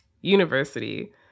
university